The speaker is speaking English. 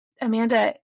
Amanda